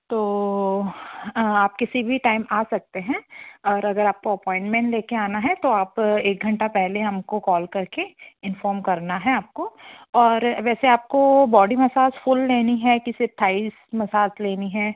तो आप किसी भी टाइम आ सकते हैं और अगर आपको अपॉइंटमेंट ले कर आना है तो आप एक घंटा पहले हमको कॉल करके इन्फॉर्म करना है आपको और वैसे आपको बॉडी मसाज फुल लेनी है कि सिर्फ़ थाइस मसाज लेनी है